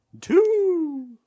Two